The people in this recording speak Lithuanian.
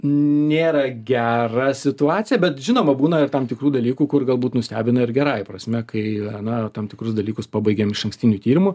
nėra gera situacija bet žinoma būna ir tam tikrų dalykų kur galbūt nustebina ir gerąja prasme kai na tam tikrus dalykus pabaigiam išankstiniu tyrimu